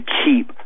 keep